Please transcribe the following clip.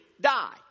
die